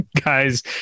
guys